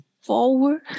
forward